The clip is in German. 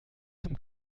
zum